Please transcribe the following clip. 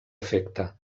efecte